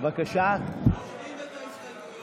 אנחנו מושכים את ההסתייגויות.